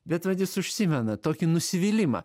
bet vat jis užsimena tokį nusivylimą